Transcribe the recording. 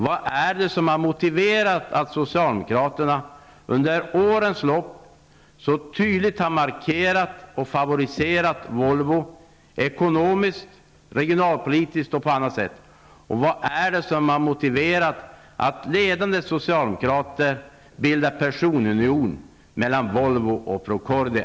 Vad är det som har motiverat socialdemokraterna att under årens lopp så tydligt markera och favorisera Volvo, ekonomiskt, regionalpolitiskt och på annat sätt, och vad har motiverat ledande socialdemokrater att bilda personalunion mellan Volvo och Procordia?